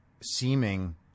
seeming